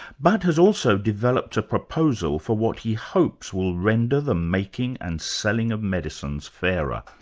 but has also developed a proposal for what he hopes will render the making and selling of medicines fairer.